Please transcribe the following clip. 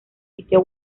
sitio